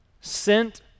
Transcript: sent